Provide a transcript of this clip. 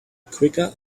quicker